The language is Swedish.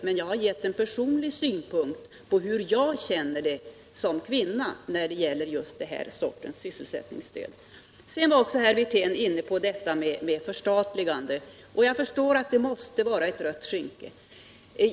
Men jag har gett en personlig synpunkt på hur jag känner det som kvinna när det gäller denna sorts sysselsättningsstöd. Herr Wirtén var också inne på detta med förstatligande. Jag förstår att det måste vara ett rött skynke.